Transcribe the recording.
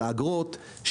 של האגרות,